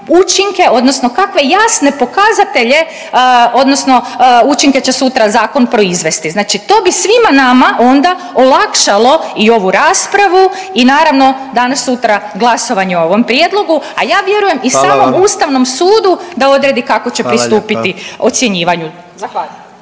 učinke, odnosno kakve jasne pokazatelje, odnosno učinke će sutra zakon proizvesti. Znači to bi svima nama onda olakšalo i ovu raspravu i naravno danas sutra glasovanje o ovom prijedlogu, a ja vjerujem i samom … …/Upadica predsjednik: Hvala vam./… … Ustavnom sudu da odredi kako će pristupiti ocjenjivanju.